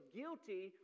guilty